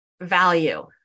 value